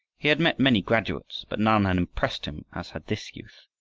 he had met many graduates, but none had impressed him as had this youth,